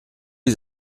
les